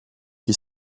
qui